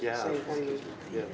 yeah yeah